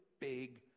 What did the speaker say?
big